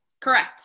Correct